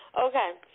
Okay